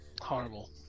Horrible